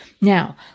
Now